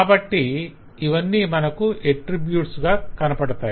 కాబట్టి ఇవన్నీ మనకు ఎట్రిబ్యూట్స్ గా కనవడతాయి